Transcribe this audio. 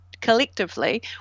collectively